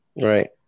Right